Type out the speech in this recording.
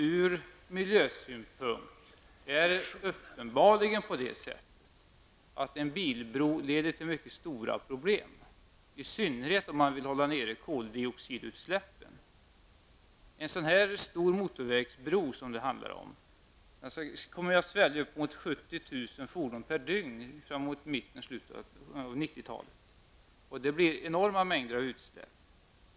Ur miljösynpunkt är det uppenbarligen på det sättet att en bilbro skulle medföra mycket stora problem, i synnerhet om man vill hålla nere koldioxidutsläppen. En motorvägsbro av den storlek som det här handlar om skulle svälja närmare 70 000 fordon per dygn framemot mitten eller slutet av 90-talet. Det innebär enorma utsläpp.